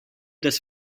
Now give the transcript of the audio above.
dass